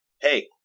Hey